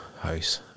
house